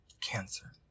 cancer